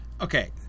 Okay